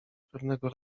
pewnego